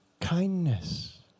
kindness